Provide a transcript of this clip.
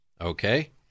okay